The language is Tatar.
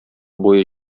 буе